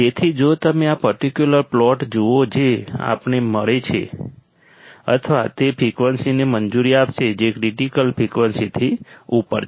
તેથી જો તમે આ પર્ટિક્યુલર પ્લોટ જુઓ જે આપણને મળે છે અથવા તે ફ્રિકવન્સીને મંજૂરી આપશે જે ક્રિટિકલ ફ્રિકવન્સીથી ઉપર છે